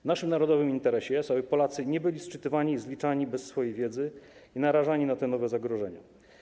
W naszym narodowym interesie leży, aby Polacy nie byli sczytywani, zliczani bez swojej wiedzy ani narażani na nowe zagrożenia.